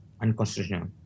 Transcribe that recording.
unconstitutional